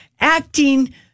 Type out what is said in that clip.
acting